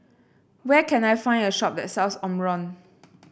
where can I find a shop that sells Omron